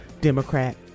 Democrat